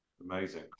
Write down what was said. Amazing